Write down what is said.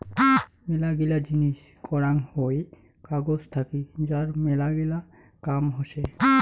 মেলাগিলা জিনিস করাং হই কাগজ থাকি যার মেলাগিলা কাম হসে